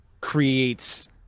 creates